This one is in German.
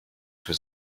für